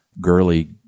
girly